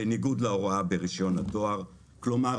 בניגוד להוראה ברישיון הדואר - כלומר,